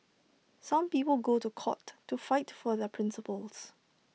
some people go to court to fight for their principles